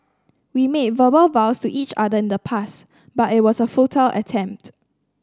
we made verbal vows to each other in the past but it was a futile attempt